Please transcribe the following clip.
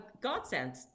godsend